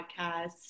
podcast